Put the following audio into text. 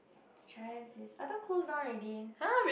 I thought closed down already